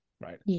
right